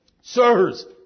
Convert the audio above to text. Sirs